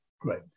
Great